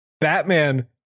batman